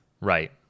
right